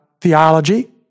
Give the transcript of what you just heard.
theology